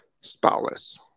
Spotless